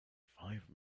five